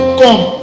come